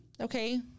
okay